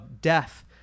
death